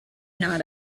not